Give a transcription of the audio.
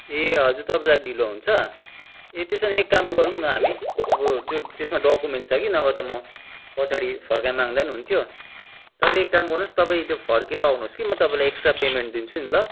ए हजुर तपाईँलाई ढिलो हुन्छ ए त्यसो भने एक काम गरौँ न हामी अब त्यो त्यसमा डक्युमेन्ट्स छ कि नभए त म पछाडि फर्काइमाग्दा पनि हुन्थ्यो तपाईँ एक काम गर्नुहोस् तपाईँ त्यो फर्केर आउनुहोस् कि म तपाईँलाई एक्सट्रा पेमेन्ट दिन्छु नि ल